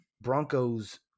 Broncos